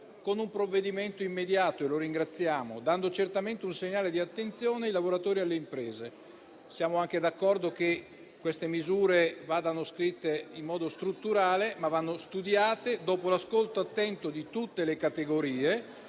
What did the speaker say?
con un provvedimento immediato - e lo ringraziamo - dando certamente un segnale di attenzione ai lavoratori e alle imprese. Siamo altresì d'accordo sul fatto che queste misure vadano scritte in modo strutturale e studiate dopo l'ascolto attento di tutte le categorie.